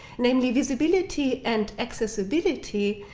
namely visibility and accessibility,